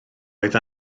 oedd